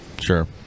Sure